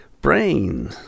brain